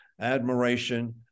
admiration